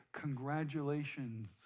congratulations